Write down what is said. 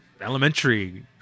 elementary